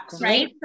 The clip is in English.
right